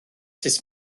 sut